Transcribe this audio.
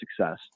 success